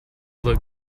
look